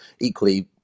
Equally